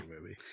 movie